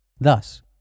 Thus